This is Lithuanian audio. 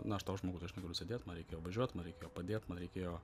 na aš toks žmogus aš negaliu sėdėt man reikėjo važiuot man reikėjo padėt man reikėjo